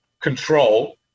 control